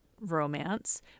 romance